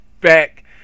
back